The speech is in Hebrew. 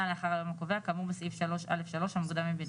לאחר היום הקובע כאמור בסעיף 3.א.3 המוקדם מביניהם.